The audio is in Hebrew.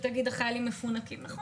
אתה יכול להגיד שחיילים מפונקים, נכון,